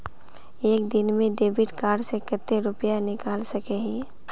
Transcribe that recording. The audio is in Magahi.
एक दिन में डेबिट कार्ड से कते रुपया निकल सके हिये?